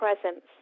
presence